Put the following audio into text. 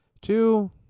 two